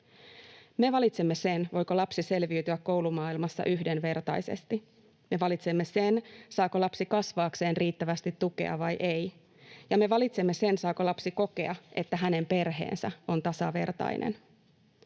Me valitsemme sen, voiko lapsi selviytyä koulumaailmassa yhdenvertaisesti. Me valitsemme sen, saako lapsi kasvaakseen riittävästi tukea vai ei, ja me valitsemme sen, saako lapsi kokea, että hänen perheensä on tasavertainen.